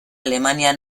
alemania